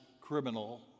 criminal